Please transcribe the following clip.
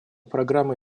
программа